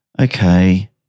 Okay